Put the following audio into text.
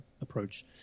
approach